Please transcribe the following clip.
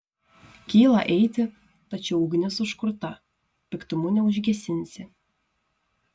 kyla eiti tačiau ugnis užkurta piktumu neužgesinsi